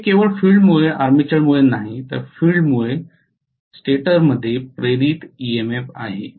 हे केवळ फील्ड मुळे आर्मेचरमुळे नाही तर फील्ड मुळे स्टॅटरमध्ये इंड्यूज्ड ईएमएफ आहे